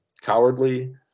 cowardly